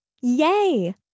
Yay